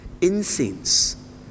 incense